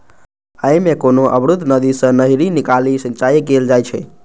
अय मे कोनो अवरुद्ध नदी सं नहरि निकालि सिंचाइ कैल जाइ छै